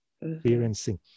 experiencing